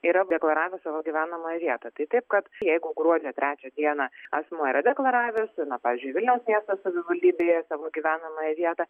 yra deklaravę savo gyvenamąją vietą tai taip kad jeigu gruodžio trečią dieną asmuo yra deklaravęs na pavyzdžiui vilniaus miesto savivaldybėje savo gyvenamąją vietą